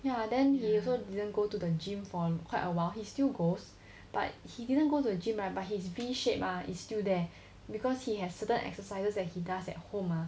ya then he also didn't go to the gym for quite awhile he still goes but he didn't go to the gym right but he's V shaped ah is still there because he has certain exercises that he does at home ah